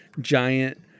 giant